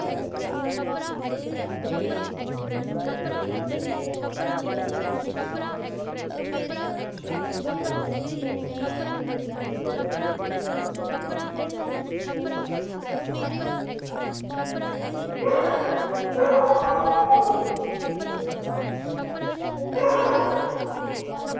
ते असीं उंदे कोला दा बड़े जादा प्रेरित न शेरे डोगरा प्रेम नाथ डोगरा हुंदे उप्पर